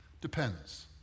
Depends